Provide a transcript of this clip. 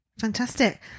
Fantastic